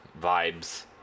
vibes